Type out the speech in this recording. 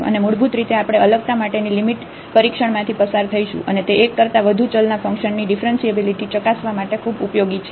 અને મૂળભૂત રીતે આપણે અલગતા માટેની લિમિટ પરીક્ષણમાંથી પસાર થઈશું અને તે એક કરતાં વધુ ચલના ફંકશનની ડીફરન્શીએબીલીટી ચકાસવા માટે ખૂબ ઉપયોગી છે